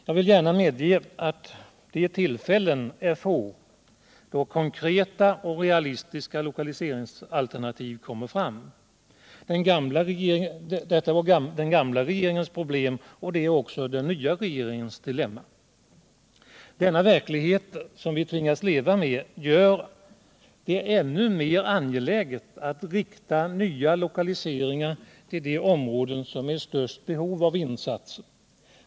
Jag vill gärna medge att de tillfällen då konkreta och realistiska lokaliseringsalternativ kommer fram är få. Detta var den gamla regeringens problem, och det är också den nya regeringens dilemma. Denna verklighet, som vi tvingas leva med, gör det ännu mer angeläget att rikta nya lokaliseringar till de områden som är i störst behov av insatser.